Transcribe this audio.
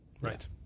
Right